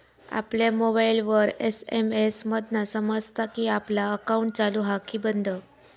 आपल्या मोबाईलवर एस.एम.एस मधना समजता कि आपला अकाउंट चालू हा कि बंद